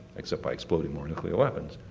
except by exploding more nuclear weapons.